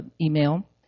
email